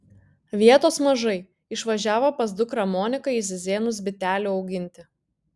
vietos mažai išvažiavo pas dukrą moniką į zizėnus bitelių auginti